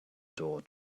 door